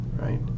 right